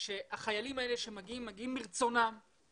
על מנת שיאפשרו לחיילים הבודדים להמשיך ולהישאר בצבא בתקופת הקורונה.